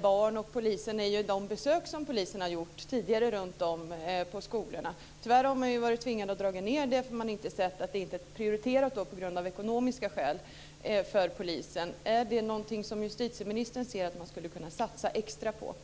barn och poliser är de besök som polisen tidigare har gjort runtom på skolorna. Tyvärr har man varit tvingad att dra ned det. Det är inte prioriterat för polisen på grund av ekonomiska skäl. Är det något som justitieministern ser att man skulle kunna satsa extra på?